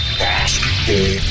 basketball